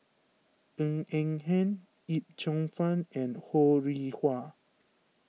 Ng Eng Hen Yip Cheong Fun and Ho Rih Hwa